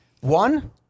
One